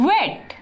Wet